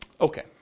Okay